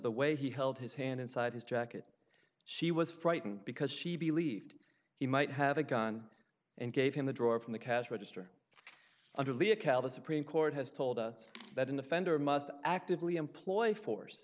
the way he held his hand inside his jacket she was frightened because she believed he might have a gun and gave him the drawer from the cash register under lia cal the supreme court has told us that an offender must actively employ force